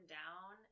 down